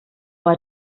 bei